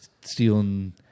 stealing